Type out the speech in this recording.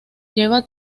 lleva